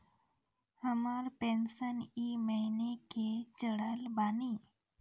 हमर पेंशन ई महीने के चढ़लऽ बानी?